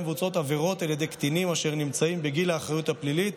מבוצעות עבירות על ידי קטינים אשר נמצאים בגיל האחריות הפלילית,